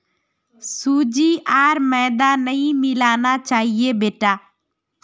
सूजी आर मैदा नई मिलाना चाहिए बेटा